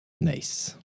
Nice